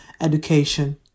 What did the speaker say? education